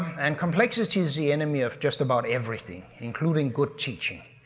and complexity is the enemy of just about everything, including good teaching.